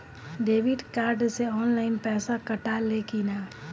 Debit card से online पैसा कटा ले कि ना?